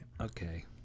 Okay